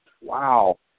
Wow